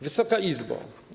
Wysoka Izbo!